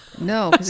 No